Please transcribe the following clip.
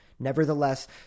nevertheless